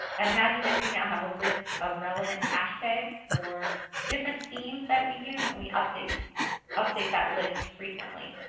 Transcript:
at imagineif we now have a list of relevant hashtags for different themes that we use and we update update that list frequently.